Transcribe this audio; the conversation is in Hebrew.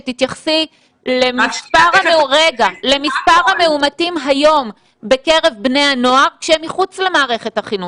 שתתייחסי למספר המאומתים היום בקרב בני הנוער כשהם מחוץ למערכת החינוך.